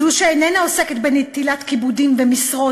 זו שאיננה עוסקת בנטילת כיבודים ומשרות